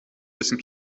dessen